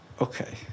Okay